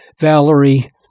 Valerie